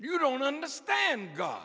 you don't understand go